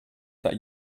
that